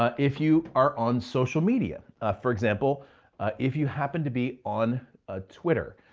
ah if you are on social media for example if you happen to be on ah twitter,